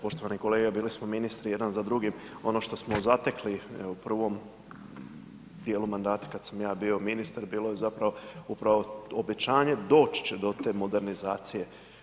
Poštovani kolega, bili smo ministri jedan za drugim, ono što smo zatekli u prvom dijelu mandata kad sam ja bio ministar, bilo je zapravo upravo obećanje, doći će do te modernizacije.